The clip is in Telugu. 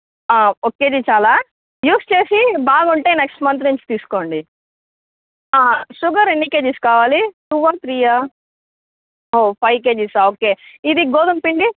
ఒక కేజీ చాలా యూస్ చేసి బాగుంటే నెక్స్ట్ మంత్ నుంచి తీసుకోండి షుగర్ ఎన్ని కేజీస్ కావాలి టూ ఆ త్రీయా ఓ ఫైవ్ కేజీసా ఓకే ఇది గోధుమపిండి